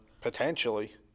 Potentially